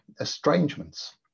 estrangements